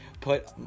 put